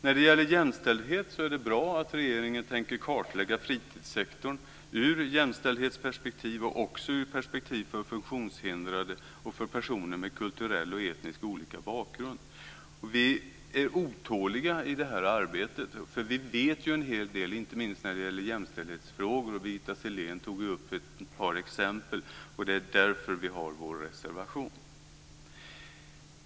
När det gäller jämställdhet är det bra att regeringen tänker kartlägga fritidssektorn ur jämställdshetsperspektiv och också ur perspektivet för funktionshindrade och för personer med olika kulturell och etnisk bakgrund. Vi är otåliga i det här arbetet, eftersom vi ju vet en hel del, inte minst när det gäller jämställdhetsfrågor - Birgitta Sellén tog ju upp ett par exempel - och det är därför som vi har skrivit vår reservation.